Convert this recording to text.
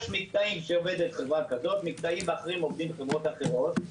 יש מקטעים שעובדת חברה כזאת ובמקטעים אחרים עובדות חברות אחרות,